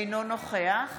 אינו נוכח